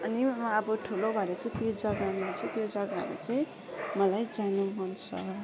अनि म अब ठुलो भएर चाहिँ त्यो जग्गामा चाहिँ त्यो जग्गाहरू चाहिँ मलाई जानु मन छ